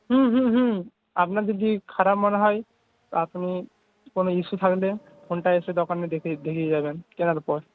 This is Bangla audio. হুম হুম হুম আপনার যদি খারাপ মনে হয় আপনি কোনও ইস্যু থাকলে ফোনটা এসে দোকানে দেখি দেখিয়ে যাবেন কেনার পর